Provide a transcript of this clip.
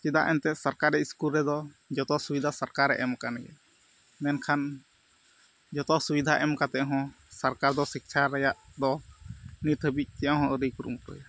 ᱪᱮᱫᱟᱜ ᱮᱱᱛᱮ ᱥᱚᱨᱠᱟᱨᱤ ᱥᱠᱩᱞ ᱨᱮᱫᱚ ᱡᱚᱛᱚ ᱥᱩᱵᱤᱫᱷᱟ ᱥᱚᱨᱠᱟᱨᱮ ᱮᱢ ᱟᱠᱟᱱ ᱜᱮᱭᱟ ᱢᱮᱱᱠᱷᱟᱱ ᱡᱚᱛᱚ ᱥᱩᱵᱤᱫᱷᱟ ᱮᱢ ᱠᱟᱛᱮᱫ ᱦᱚᱸ ᱥᱚᱨᱠᱟᱨ ᱫᱚ ᱥᱤᱠᱠᱷᱟ ᱨᱮᱭᱟᱜ ᱫᱚ ᱱᱤᱛ ᱦᱟᱹᱵᱤᱡ ᱪᱮᱫᱦᱚᱸ ᱟᱹᱣᱨᱤᱭ ᱠᱩᱨᱩᱢᱩᱴᱩᱭᱟ